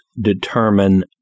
determine